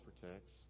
protects